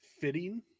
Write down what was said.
fitting